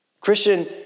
Christian